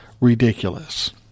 ridiculous